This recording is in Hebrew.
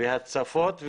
והצפות בחורף.